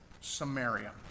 Samaria